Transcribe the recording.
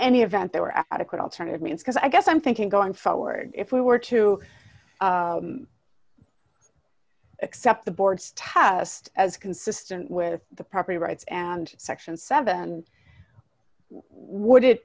any event there were adequate alternative means because i guess i'm thinking going forward if we were to accept the board's test as consistent with the property rights and section seven and would it